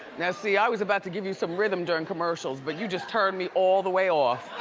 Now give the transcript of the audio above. now see, i was about to give you some rhythm during commercials but you just turned me all the way off,